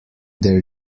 their